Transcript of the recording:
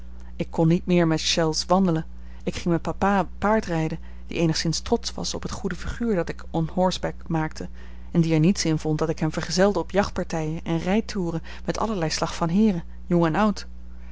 ik kon niet meer met chelles wandelen ik ging met papa paardrijden die eenigszins trotsch was op het goede figuur dat ik on horseback maakte en die er niets in vond dat ik hem vergezelde op jachtpartijen en rijtoeren met allerlei slag van heeren jong en oud